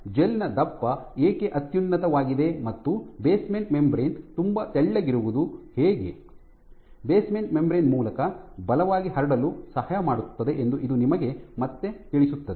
ಆದ್ದರಿಂದ ಜೆಲ್ ನ ದಪ್ಪ ಏಕೆ ಅತ್ಯುನ್ನತವಾಗಿದೆ ಮತ್ತು ಬೇಸ್ಮೆಂಟ್ ಮೆಂಬರೇನ್ ತುಂಬಾ ತೆಳ್ಳಗಿರುವುದು ಹೇಗೆ ಬೇಸ್ಮೆಂಟ್ ಮೆಂಬರೇನ್ ಮೂಲಕ ಬಲವಾಗಿ ಹರಡಲು ಸಹಾಯ ಮಾಡುತ್ತದೆ ಎಂದು ಇದು ನಿಮಗೆ ಮತ್ತೆ ತಿಳಿಸುತ್ತದೆ